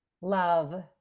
love